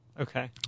Okay